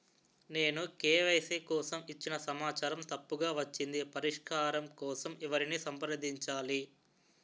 నేను కే.వై.సీ కోసం ఇచ్చిన సమాచారం తప్పుగా వచ్చింది పరిష్కారం కోసం ఎవరిని సంప్రదించాలి?